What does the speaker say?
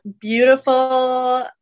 beautiful